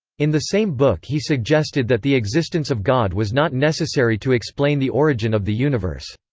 in the same book he suggested that the existence of god was not necessary to explain the origin of the universe.